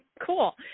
Cool